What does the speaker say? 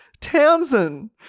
Townsend